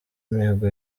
mihigo